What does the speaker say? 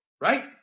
Right